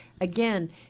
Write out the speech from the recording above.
again